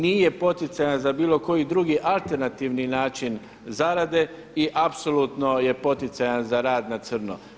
Nije poticajan za bilo koji drugi alternativni način zarade i apsolutno je poticajan za rad na crno.